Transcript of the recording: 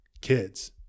kids